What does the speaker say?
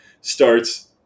starts